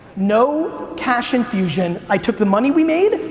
no cash infusion. i took the money we made,